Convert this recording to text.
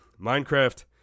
Minecraft